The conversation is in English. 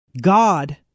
God